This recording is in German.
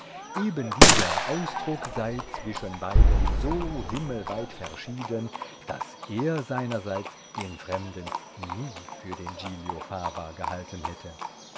eben dieser ausdruck sei zwischen beiden so himmelweit verschieden daß er seinerseits den fremden nie für den giglio fava gehalten hätte